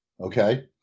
okay